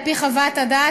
על-פי חוות הדעת,